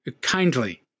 kindly